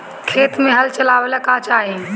खेत मे हल चलावेला का चाही?